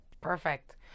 Perfect